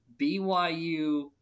BYU